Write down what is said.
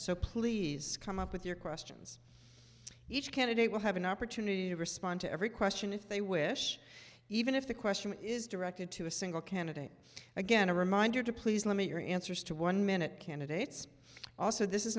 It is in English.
so please come up with your questions each candidate will have an opportunity to respond to every question if they wish even if the question is directed to a single candidate again a reminder to please let me your answers to one minute candidates also this is